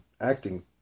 acting